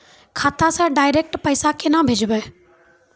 खाता से डायरेक्ट पैसा केना भेजबै?